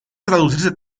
traducirse